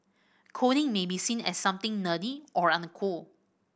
coding may be seen as something nerdy or uncool